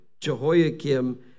Jehoiakim